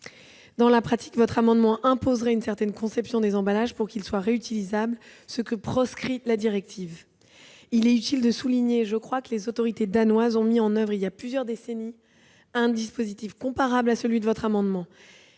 Dans la pratique, sa mise en oeuvre imposerait une certaine conception des emballages pour qu'ils soient réutilisables, ce que proscrit la directive. Il me semble utile de souligner que les autorités danoises ont mis en oeuvre, il y a plusieurs décennies, un dispositif comparable à celui de ces amendements.